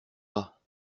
pas